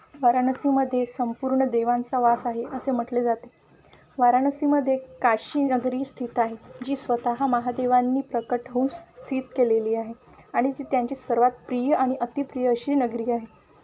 वाराणसीमध्ये संपूर्ण देवांचा वास आहे असे म्हटले जाते वाराणसीमध्येे काशी नगरी स्थित आहे जी स्वतः महादेवांनी प्रकट होऊन स्थित केलेली आहे आणि ती त्यांची सर्वात प्रिय आणि अतिप्रिय अशी नगरी आहे